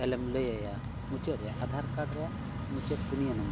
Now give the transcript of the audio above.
ᱮᱞᱮᱢ ᱞᱟᱹᱭᱟᱭᱟ ᱢᱩᱪᱟᱹᱫ ᱨᱮᱭᱟᱜ ᱟᱫᱷᱟᱨ ᱠᱟᱨᱰ ᱨᱮᱭᱟᱜ ᱢᱩᱪᱟᱹᱫ ᱯᱩᱱᱭᱟᱹ ᱱᱚᱢᱵᱚᱨ